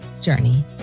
journey